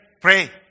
pray